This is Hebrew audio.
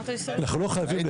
אנחנו לא חייבים.